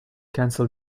cancel